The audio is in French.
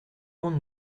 monde